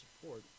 support